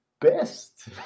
best